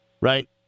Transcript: Right